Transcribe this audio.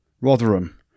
Rotherham